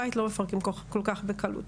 בית לא מפרקים כל כך בקלות,